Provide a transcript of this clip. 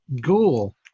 ghoul